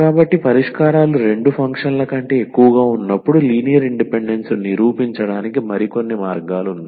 కాబట్టి పరిష్కారాలు రెండు ఫంక్షన్ల కంటే ఎక్కువగా ఉన్నప్పుడు లీనియర్ ఇండిపెండెన్స్ ను నిరూపించడానికి మరికొన్ని మార్గాలు ఉన్నాయి